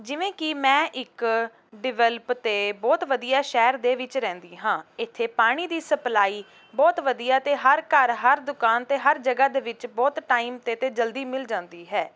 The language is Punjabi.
ਜਿਵੇਂ ਕਿ ਮੈਂ ਇੱਕ ਡਿਵੈਲਪ ਅਤੇ ਬਹੁਤ ਵਧੀਆ ਸ਼ਹਿਰ ਦੇ ਵਿੱਚ ਰਹਿੰਦੀ ਹਾਂ ਇੱਥੇ ਪਾਣੀ ਦੀ ਸਪਲਾਈ ਬਹੁਤ ਵਧੀਆ ਅਤੇ ਹਰ ਘਰ ਹਰ ਦੁਕਾਨ ਅਤੇ ਹਰ ਜਗ੍ਹਾ ਦੇ ਵਿੱਚ ਬਹੁਤ ਟਾਈਮ 'ਤੇ ਅਤੇ ਜਲਦੀ ਮਿਲ ਜਾਂਦੀ ਹੈ